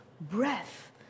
breath